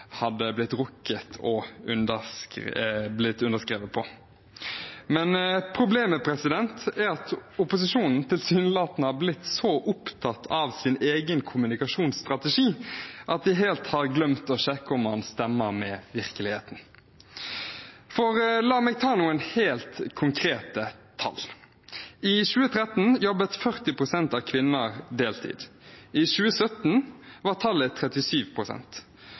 hadde rukket å underskrive plattformen. Men problemet er at opposisjonen tilsynelatende har blitt så opptatt av sin egen kommunikasjonsstrategi at de helt har glemt å sjekke om den stemmer med virkeligheten. La meg ta noen helt konkrete tall. I 2013 jobbet 40 pst. av kvinnene deltid, i 2017 var tallet